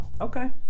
Okay